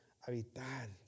habitar